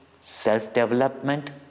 self-development